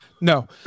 No